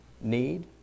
need